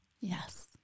Yes